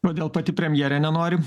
kodėl pati premjerė nenori